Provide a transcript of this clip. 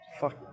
Fuck